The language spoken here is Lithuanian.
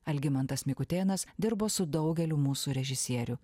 algimantas mikutėnas dirbo su daugeliu mūsų režisierių